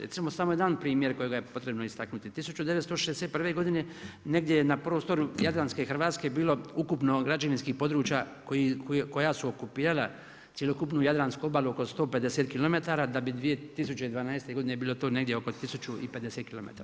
Recimo samo jedan primjer kojega je potrebno istaknuti, 1961. negdje je na prostoru Jadranske Hrvatske bilo ukupno građevinskih područja koja su okupirala cjelokupnu Jadransku obalu oko 150km, da bi 2012. godine bilo to negdje oko 1050km.